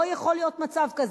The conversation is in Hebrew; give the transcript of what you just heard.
לא יכול להיות מצב כזה.